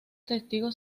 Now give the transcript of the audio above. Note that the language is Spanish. testigos